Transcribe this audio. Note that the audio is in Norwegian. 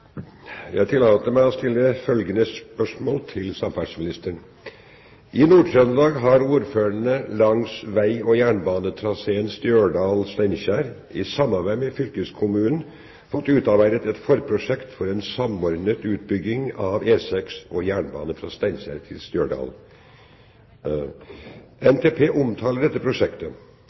samferdselsministeren: «I Nord-Trøndelag har ordførerne langs vei- og jernbanetraseen Stjørdal–Steinkjer, i samarbeid med fylkeskommunen, fått utarbeidet et forprosjekt for en samordnet utbygging av E6 og jernbane fra Steinkjer til Stjørdal/Trondheim. NTP omtaler dette prosjektet.